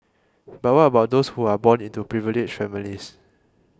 but what about those who are born into privileged families